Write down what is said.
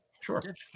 Sure